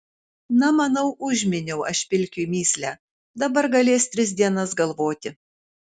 na manau užminiau aš pilkiui mįslę dabar galės tris dienas galvoti